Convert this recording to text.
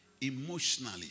emotionally